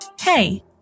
Hey